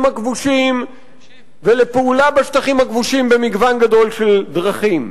הכבושים ולפעולה בשטחים הכבושים במגוון גדול של דרכים.